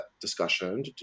discussion